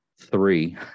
three